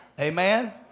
Amen